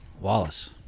Wallace